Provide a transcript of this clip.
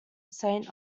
saint